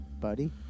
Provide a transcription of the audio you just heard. Buddy